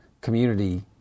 community